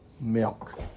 milk